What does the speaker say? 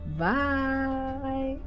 bye